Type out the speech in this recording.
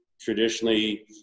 Traditionally